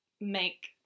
make